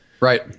Right